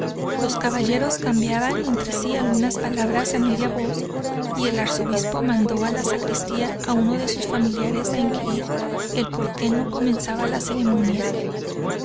los caballeros cambiaban entre sí algunas palabras á media voz y el arzobispo mandó á la sacristía uno de sus familiares á inquirir el por qué no comenzaba la ceremonia